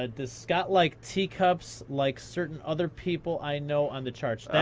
ah does scott like teacups like certain other people i know on the charts?